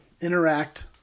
interact